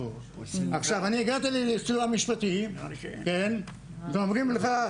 עכשיו אני הגעתי לסיוע משפטי ואומרים לך,